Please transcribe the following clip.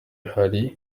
hari